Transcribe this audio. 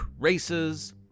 races